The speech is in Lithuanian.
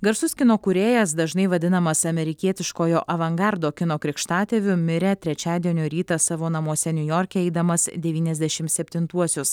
garsus kino kūrėjas dažnai vadinamas amerikietiškojo avangardo kino krikštatėviu mirė trečiadienio rytą savo namuose niujorke eidamas devyniasdešim septintuosius